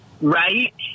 Right